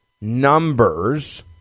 numbers